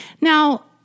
Now